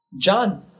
John